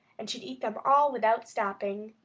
and should eat them all without stopping.